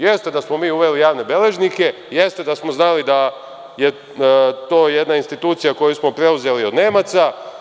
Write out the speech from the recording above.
Jeste da smo mi uveli javne beležnike, jeste da smo znali da je to jedna institucija koju smo preuzeli od Nemaca.